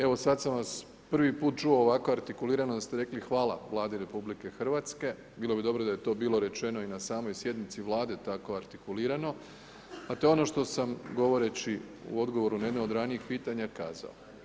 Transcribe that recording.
Evo sada sam vas prvi puta čuo ovako artikulirano da ste rekli hvala Vladi RH, bilo bi dobro da je to bilo rečeno i na samoj sjednici Vlade tako artikulirano, at o je ono što sam govoreći u odgovoru na jedno od ranijih pitanja kazao.